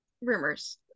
Rumors